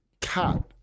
cut